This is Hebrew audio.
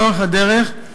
לאורך הדרך,